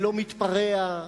ולא מתפרע,